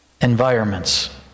environments